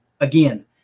Again